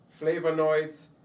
flavonoids